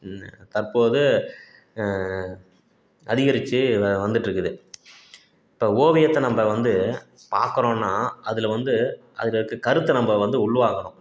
தற்போது அதிகரிச்சு வ வந்துட்டிருக்குது இப்போ ஓவியத்தை நம்ப வந்து பார்க்கறோன்னா அதில் வந்து அதில் இருக்க கருத்தை நம்ப வந்து உள்வாங்கணும்